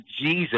Jesus